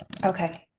okay.